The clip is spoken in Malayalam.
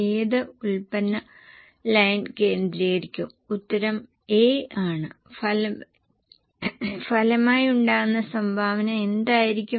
ഇപ്പോൾ നിങ്ങൾക്ക് വാരിയബിളും ഫിക്സഡും ആയി ബ്രേക്ക് അപ്പ് വന്നിരിക്കുന്നു